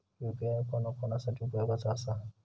UPI कोणा कोणा साठी उपयोगाचा आसा?